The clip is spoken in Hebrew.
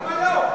למה לא?